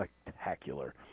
spectacular